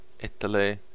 Italy